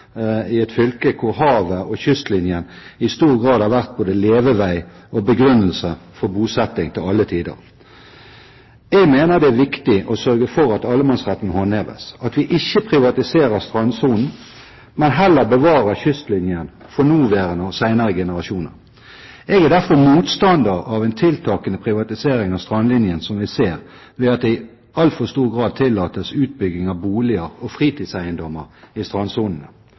i et fylke hvor havet og kystlinjen i stor grad har vært både levevei og begrunnelse for bosetting til alle tider. Jeg mener det er viktig å sørge for at allemannsretten håndheves, at vi ikke privatiserer strandsonen, men heller bevarer kystlinjen for nåværende og senere generasjoner. Jeg er derfor motstander av en tiltakende privatisering av strandlinjen, som vi ser, ved at det i altfor stor grad tillates utbygging av boliger og fritidseiendommer i